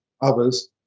others